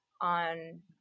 on